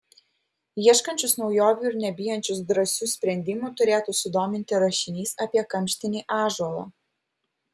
ieškančius naujovių ir nebijančius drąsių sprendimų turėtų sudominti rašinys apie kamštinį ąžuolą